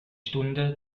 stunde